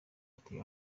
ati